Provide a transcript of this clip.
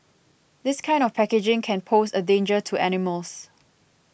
this kind of packaging can pose a danger to animals